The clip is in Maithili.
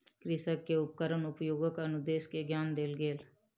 कृषक के उपकरण उपयोगक अनुदेश के ज्ञान देल गेल